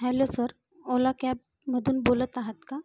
hello sir Ola कॅबमधून बोलत आहात का